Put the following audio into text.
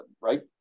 right